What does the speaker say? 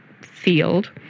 field